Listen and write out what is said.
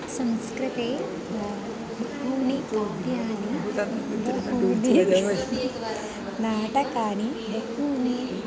संस्कृते बहूनि गद्यानि बहूनि नाटकानि बहूनि